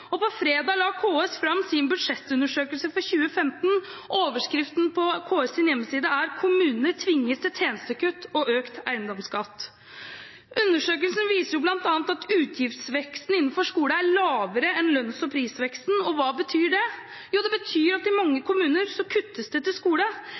og på fredag la KS fram sin budsjettundersøkelse for 2015. Overskriften på KS’ hjemmeside er: «Kommunene tvinges til tjenestekutt og økt eiendomsskatt.» Undersøkelser viser bl.a. at utgiftsveksten innenfor skole er lavere enn lønns- og prisveksten. Hva betyr det? Jo, det betyr at i mange